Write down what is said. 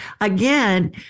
again